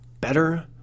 better